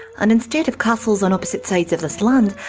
and instead of castles on opposite sides of this land,